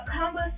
combo